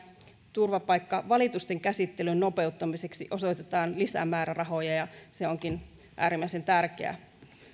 turvapaikkavalitusten käsittelyn nopeuttamiseksi osoitetaan lisämäärärahoja ja se onkin äärimmäisen tärkeä